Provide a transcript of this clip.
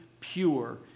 pure